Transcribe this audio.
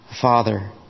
Father